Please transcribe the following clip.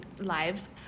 lives